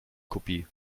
kopie